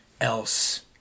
else